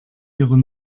ihre